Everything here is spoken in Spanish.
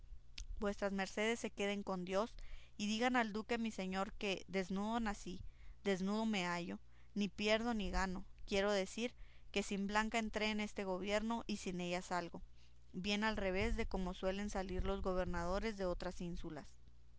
vuestras mercedes se queden con dios y digan al duque mi señor que desnudo nací desnudo me hallo ni pierdo ni gano quiero decir que sin blanca entré en este gobierno y sin ella salgo bien al revés de como suelen salir los gobernadores de otras ínsulas